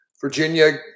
Virginia